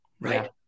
right